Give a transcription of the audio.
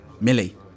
Millie